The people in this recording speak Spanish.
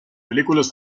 películas